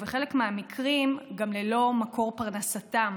ובחלק מהמקרים גם ללא מקור פרנסתם.